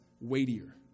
weightier